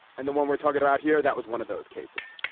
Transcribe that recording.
and the one we're talking about here, that was one of those cases,